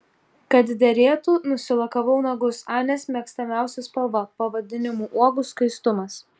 kad derėtų nusilakavau nagus anės mėgstamiausia spalva pavadinimu uogų skaistumas